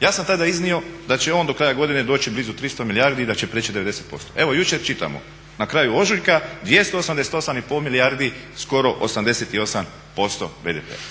Ja sam tada iznio da će on do kraja godine doći blizu 300 milijardi i da će prijeći 90%. Evo jučer čitamo na kraju ožujka 288 i pol milijardi skoro 88% BDP-a.